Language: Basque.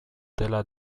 dela